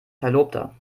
verlobter